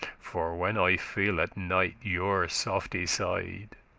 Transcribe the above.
for when i feel at night your softe side,